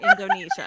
Indonesia